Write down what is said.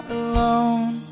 alone